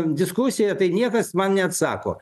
diskusija tai niekas man neatsako